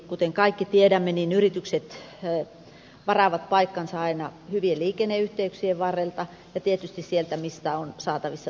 kuten kaikki tiedämme yritykset varaavat aina paikkansa hyvien liikenneyhteyksien varrelta ja tietysti sieltä missä on saatavissa työvoimaa